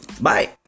Bye